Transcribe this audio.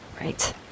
Right